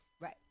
Right